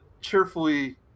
cheerfully